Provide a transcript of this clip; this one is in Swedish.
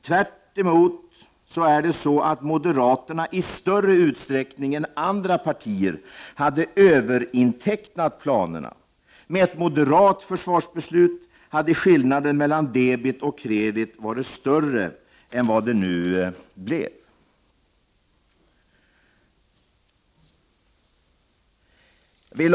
Tvärtom hade moderaterna i större utsträckning än andra partier överintecknat planerna. Med ett moderat försvarsbeslut hade skillnaden mellan debet och kredit varit större än vad den nu blev.